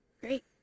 Great